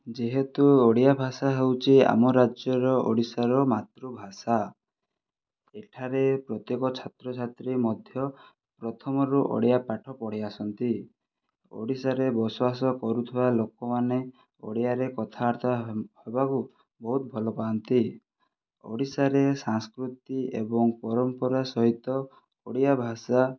ଯେହେତୁ ଓଡ଼ିଆ ଭାଷା ହେଉଛି ଆମ ରାଜ୍ୟର ଓଡ଼ିଶାର ମାତୃଭାଷା ଏଠାରେ ପ୍ରତ୍ୟେକ ଛାତ୍ରଛାତ୍ରୀ ମଧ୍ୟ ପ୍ରଥମରୁ ଓଡ଼ିଆ ପାଠ ପଢ଼ି ଆସନ୍ତି ଓଡ଼ିଶାରେ ବସବାସ କରୁଥିବା ଲୋକମାନେ ଓଡ଼ିଆରେ କଥାବାର୍ତ୍ତା ହେବାକୁ ବହୁତ ଭଲ ପାଆନ୍ତି ଓଡ଼ିଶାରେ ସଂସ୍କୃତି ଏବଂ ପରମ୍ପରା ସହିତ ଓଡ଼ିଆ ଭାଷା